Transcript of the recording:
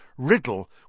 Riddle